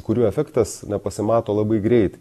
kurių efektas pasimato labai greit